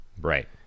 Right